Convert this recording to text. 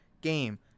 game